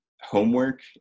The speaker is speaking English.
homework